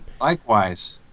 Likewise